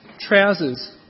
trousers